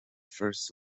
first